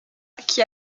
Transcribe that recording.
qui